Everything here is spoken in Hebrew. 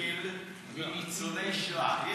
שקל לניצולי שואה.